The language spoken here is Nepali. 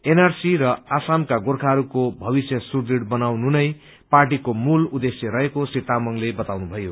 एनआरसी र असमका गोर्खाहरूको भविष्य सुदृढ़ बनाउनु नै पार्टीको मूल उद्देश्य रहेको श्री तामाङले बताउनु भयो